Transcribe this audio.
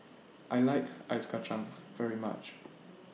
I like Ice Kacang very much